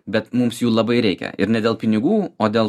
bet mums jų labai reikia ir ne dėl pinigų o dėl